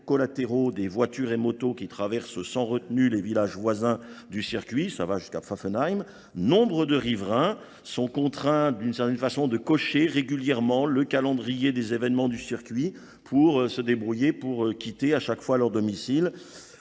collatéraux des voitures et motos qui traversent sans retenue les villages voisins du circuit, ça va jusqu'à Pfaffenheim, nombre de riverains sont contraints d'une certaine façon de cocher régulièrement le calendrier des événements du circuit pour se débrouiller, pour quitter à chaque fois leur domicile.